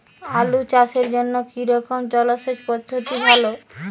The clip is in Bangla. আলু চাষের জন্য কী রকম জলসেচ পদ্ধতি ভালো?